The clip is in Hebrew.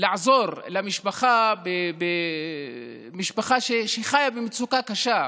לעזור למשפחה, משפחה שחיה במצוקה קשה,